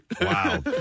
Wow